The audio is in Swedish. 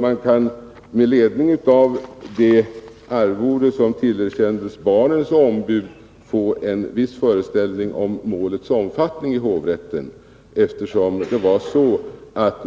Man kan med ledning av det arvode som tillerkändes barnens ombud få en viss föreställning om målets omfattning i hovrätten.